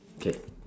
K